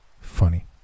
Funny